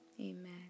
Amen